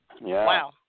Wow